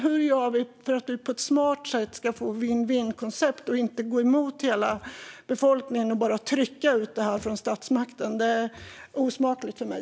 Hur gör vi för att på ett smart sätt få ett vinn-vinnkoncept och inte gå emot hela befolkningen och bara trycka ut vindkraftverk från statsmakten? Det är osmakligt för mig.